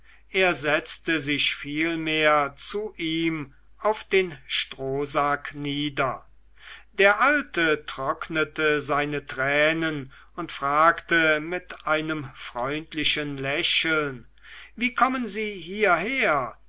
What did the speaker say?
er setzte sich vielmehr zu ihm auf den strohsack nieder der alte trocknete seine tränen und fragte mit einem freundlichen lächeln wie kommen sie hierher